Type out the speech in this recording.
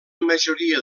majoria